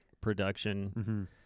production